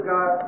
God